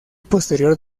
posterior